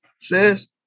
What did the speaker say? says